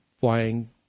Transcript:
flying